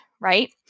right